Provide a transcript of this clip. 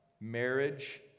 marriage